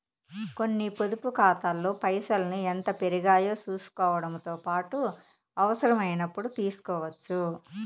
కొన్ని పొదుపు కాతాల్లో పైసల్ని ఎంత పెరిగాయో సూసుకోవడముతో పాటు అవసరమైనపుడు తీస్కోవచ్చు